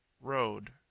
road